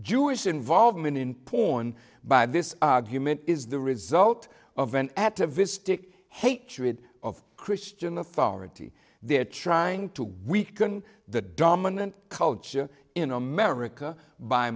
jewish involvement in porn by this argument is the result of an atavistic hatred of christian authority they're trying to weaken the dominant culture in america by